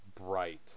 bright